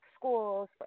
schools